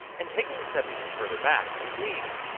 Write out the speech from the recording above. and taking a step even further back, to me,